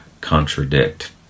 contradict